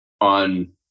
on